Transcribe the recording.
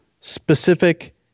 specific